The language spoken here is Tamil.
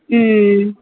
ம்